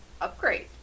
upgrade